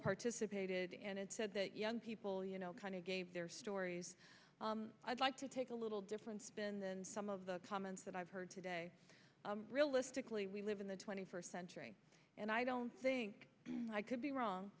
participated and it's said that young people you know kind of gave their stories i'd like to take a little different spin than some of the comments that i've heard today realistically we live in the twenty first century and i don't think i could be wrong